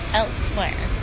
elsewhere